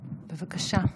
בבקשה.